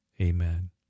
Amen